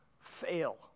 fail